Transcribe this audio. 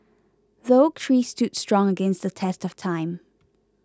the oak tree stood strong against the test of time